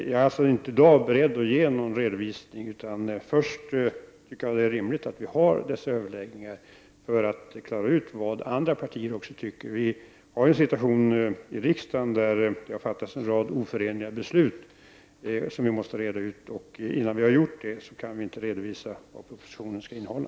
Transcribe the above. Jag är alltså inte i dag beredd att ge någon redovisning. Först tycker jag att det är rimligt att vi har dessa överläggningar för att klara ut vad andra partier säger. Vi har en situation i riksdagen där det har fattats en rad oförenliga beslut som behöver redas ut. Innan vi har gjort det kan vi inte redovisa vad propositionen skall innehålla.